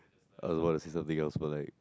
I was about to say something else but like